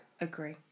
Agree